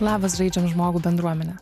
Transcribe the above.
labas žaidžiam žmogų bendruomenę